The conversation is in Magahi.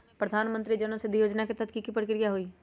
प्रधानमंत्री जन औषधि योजना के तहत की की प्रक्रिया होई?